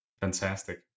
Fantastic